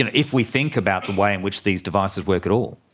and if we think about the way in which these devices work at all.